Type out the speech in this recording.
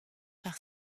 par